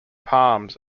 palms